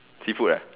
seafood uh